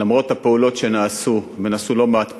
למרות הפעולות שנעשו, ונעשו לא מעט פעולות.